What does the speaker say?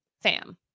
fam